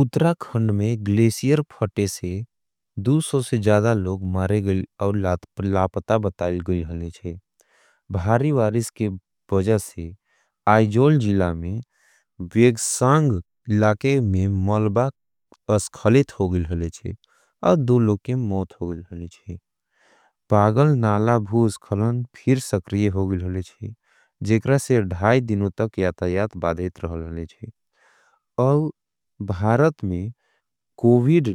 उद्राखंड में गलेशियर फटे से दूसों से जादा लोग मारे गईल v अव लाध पर लापता बताईल गईल हलेचे। भारी वारिस के बज़ा से आईजोल जीला में वेगसांग लाके में मौलबाक अस्खलित होगिल हलेचे। अव दू लोके मौत होगिल हलेचे। पागल नाला भूस खलन फिर सक्रिय होगिल हलेचे। जेकर से ढाय दिनों तक यातायात बाधेत रहल हलेचे। अव भारत में कोविड